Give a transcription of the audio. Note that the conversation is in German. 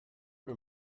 mir